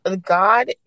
God